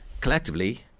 Collectively